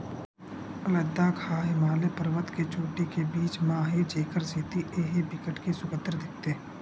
लद्दाख ह हिमालय परबत के चोटी के बीच म हे जेखर सेती ए ह बिकट के सुग्घर दिखथे